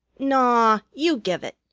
naw! you give it.